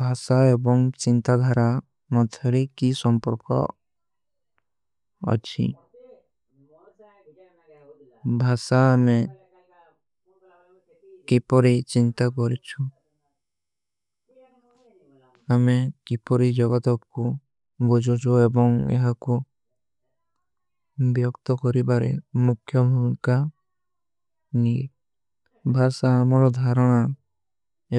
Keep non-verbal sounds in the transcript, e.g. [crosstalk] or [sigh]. ଭାସା ଏବଂ ଚିଂତା ଧାରା ମତ୍ଥରୀ କୀ [hesitation] ସଂପର୍କା। ଅଚ୍ଛୀ ଭାସା ଅମେ କୀ ପରୀ ଚିଂତା କରେଛୂ ଅମେ କୀ ପରୀ ଜଗତା। କୁଛ ବୋଜୋଜୋ ଏବଂ ଯହା କୁଛ ବ୍ଯୋକ୍ତ କରୀ ବାରେ ମୁଖ୍ଯମ ହୁଣକା। ଭାସା ଅମେ ଧାରାନା